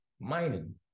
mining